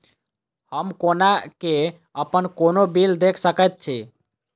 हम कोना कऽ अप्पन कोनो बिल देख सकैत छी?